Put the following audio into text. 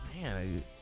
man